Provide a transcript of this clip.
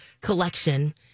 collection